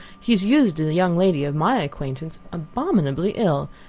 he has used a young lady of my acquaintance abominably ill,